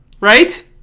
Right